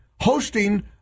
hosting